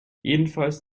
jedenfalls